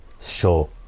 show